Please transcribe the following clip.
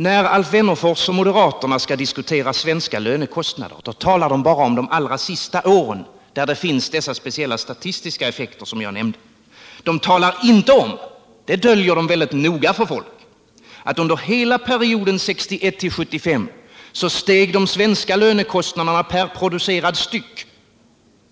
När Alf Wennerfors och moderaterna skall diskutera svenska lönekostnader talar de bara om de allra senaste åren, där de speciella statistiska effekter jag nämnde finns. Men de talar inte om — de döljer detta mycket noga för folk — att under hela perioden 1961-1975 steg de svenska lönekostnaderna per producerad enhet